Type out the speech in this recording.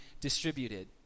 distributed